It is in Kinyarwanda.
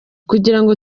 kugirango